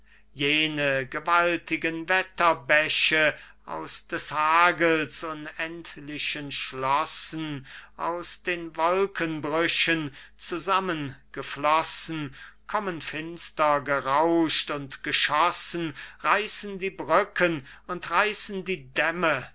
jene gewaltigen wetterbäche aus des hagels unendlichen schlossen aus den wolkenbrüchen zusammen geflossen kommen finster gerauscht und geschossen reißen die brücken und reißen die dämme